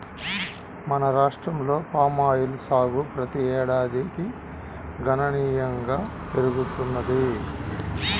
మన రాష్ట్రంలో పామాయిల్ సాగు ప్రతి ఏడాదికి గణనీయంగా పెరుగుతున్నది